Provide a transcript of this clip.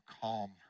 calm